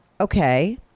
Okay